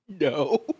No